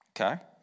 Okay